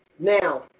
Now